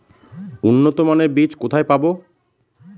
উন্নতমানের বীজ কোথায় পাব?